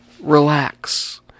relax